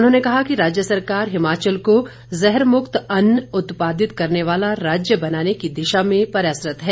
उन्होंने कहा कि राज्य सरकार हिमाचल को जहर मुक्त अन्न उत्पादित करने वाला राज्य बनाने की दिशा में प्रयासरत है